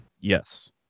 Yes